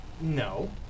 No